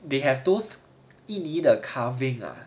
they have those 印尼的 carving ah